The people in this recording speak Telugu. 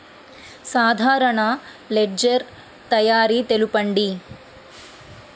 సాధారణ లెడ్జెర్ తయారి తెలుపండి?